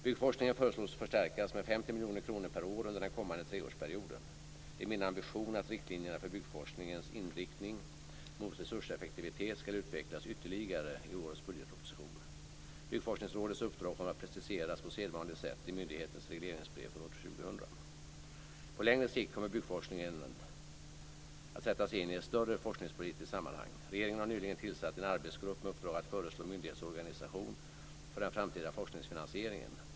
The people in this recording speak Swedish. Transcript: Byggforskningen föreslås förstärkas med 50 miljoner kronor per år under den kommande treårsperioden. Det är min ambition att riktlinjerna för byggforskningens inriktning mot resurseffektivitet skall utvecklas ytterligare i årets budgetproposition. Byggforskningsrådets uppdrag kommer att preciseras på sedvanligt sätt i myndighetens regleringsbrev för år 2000. På längre sikt kommer byggforskningen att sättas in i ett större forskningspolitiskt sammanhang. Regeringen har nyligen tillsatt en arbetsgrupp med uppdrag att föreslå myndighetsorganisation för den framtida forskningsfinansieringen.